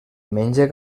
menja